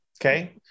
Okay